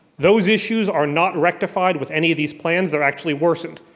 those issues are not rectified with any of these plans, they're actually worsened.